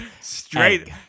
straight